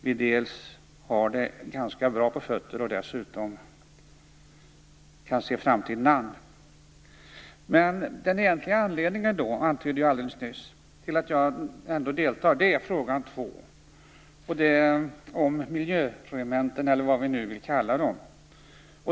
Vi har ju ganska bra på fötterna här, och dessutom kan vi se framtiden an. Den egentliga anledningen till att jag ändå deltar i debatten är fråga två, om miljöregementen eller vad vi nu vill kalla dem.